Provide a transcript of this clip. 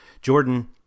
Jordan